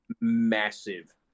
Massive